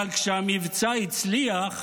אבל כשהמבצע הצליח,